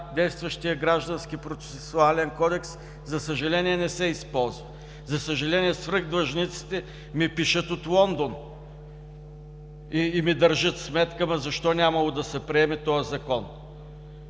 действащия Граждански процесуален кодекс. За съжаление, не се използва. Свръх длъжниците ми пишат от Лондон и ми държат сметка защо нямало да се приеме този Закон?